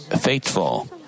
faithful